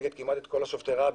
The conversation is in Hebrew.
מייצגת כמעט את כל שובתי הרעב.